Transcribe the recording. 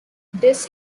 this